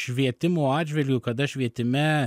švietimo atžvilgiu kada švietime